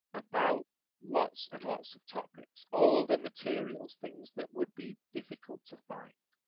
about lots and lots of topics, all the materials things that would be difficult to find.